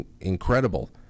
incredible